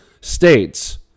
states